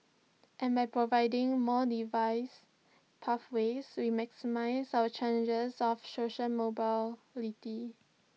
and by providing more device pathways we maximise our challenges of social mobility